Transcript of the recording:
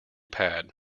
pad